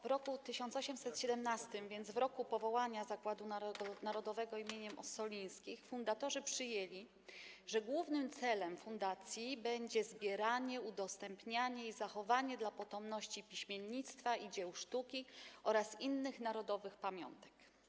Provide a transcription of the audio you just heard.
W roku 1817, a więc w roku powołania Zakładu Narodowego im. Ossolińskich, fundatorzy przyjęli, że głównym celem fundacji będzie zbieranie, udostępnianie i zachowanie dla potomności piśmiennictwa i dzieł sztuki oraz innych narodowych pamiątek.